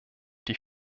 die